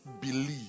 believe